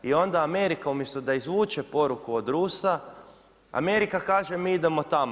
I onda Amerika umjesto da izvuče poruku od Rusa, Amerika kaže mi idemo tamo.